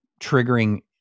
triggering